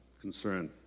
concern